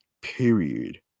period